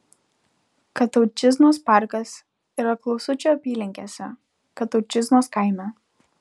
kataučiznos parkas yra klausučių apylinkėse kataučiznos kaime